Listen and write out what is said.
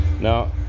Now